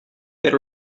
per